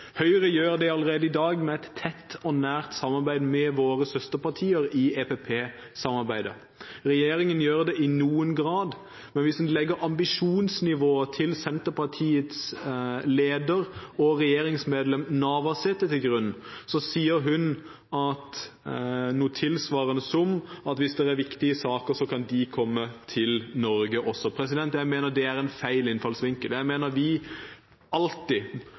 Høyre gjør det allerede i dag i et tett og nært samarbeid med våre søsterpartier i EPP-samarbeidet. Regjeringen gjør det i noen grad. Men hvis en legger ambisjonsnivået til Senterpartiets leder og regjeringsmedlem Navarsete til grunn, sier hun – noe tilsvarende: Hvis det er viktige saker, kan de også komme til Norge. Jeg mener det er feil innfallsvinkel. Vi bør alltid ha som nasjonal innfallsvinkel at vi